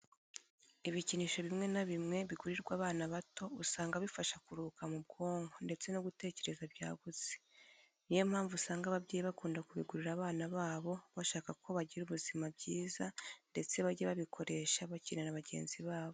Ibikinisho bimwe na bimwe bigurirwa abana bato usanga bibafasha kuruhuka mu bwonko ndetse no gutekereza byagutse. Niyo mpamvu usanga ababyeyi bakunda kubigurira abana babo bashaka ko bagira ubuzima byiza ndetse bajye babikoresha bakinana ba bagenzi babo.